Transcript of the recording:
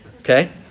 okay